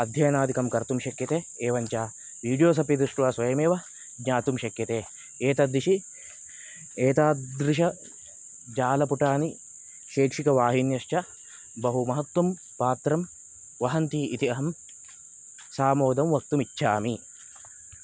अध्ययनादिकं कर्तुं शक्यते एवञ्च विडियोस् अपि दृष्ट्वा स्वयमेव ज्ञातुं शक्यते एतादृशी एतादृशजालपुटानि शैक्षिकवाहिन्यश्च बहुमहत्वं पात्रं वहन्ति इति अहं सामोदं वक्तुम् इच्छामि